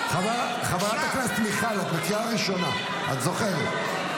חברת הכנסת מיכל, את בקריאה ראשונה, את זוכרת.